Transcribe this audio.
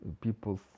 People